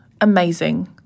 amazing